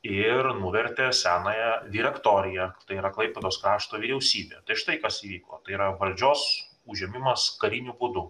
ir nuvertė senąją direktoriją tai yra klaipėdos krašto vyriausybę tai štai kas vyko tai yra valdžios užėmimas kariniu būdu